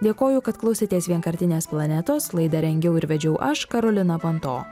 dėkoju kad klausėtės vienkartinės planetos laidą rengiau ir vedžiau aš karolina panto